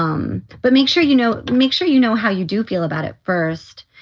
um but make sure, you know, make sure you know how you do feel about it first.